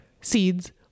seeds